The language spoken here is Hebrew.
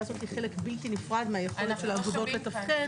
הזאת היא חלק בלתי נפרד מהיכולת של האגודות לתפקד.